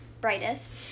brightest